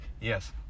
Yes